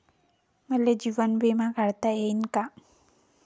मले जीवन बिमा काढता येईन का?